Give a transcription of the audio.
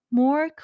more